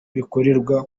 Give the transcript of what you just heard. bikorerwa